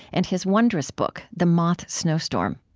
and his wondrous book, the moth snowstorm